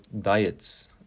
diets